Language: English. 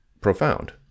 profound